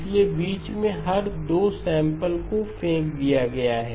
इसलिए बीच में हर 2 सैंपल को फेंक दिया गया है